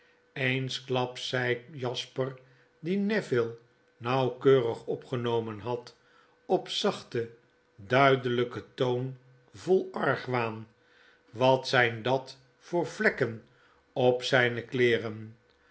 eensklaps zei jasper die neville nauwkeurig opgenomen had op zachten duideljjkeri toon vol argwaan wat zijn dat voor vlekken op zgnfr kleeren